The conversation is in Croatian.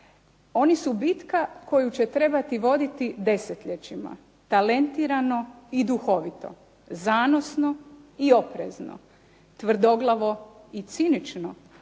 Oni su bitka koju će trebati voditi desetljećima, talentirano i duhovito, zanosno i oprezno, tvrdoglavo i cinično,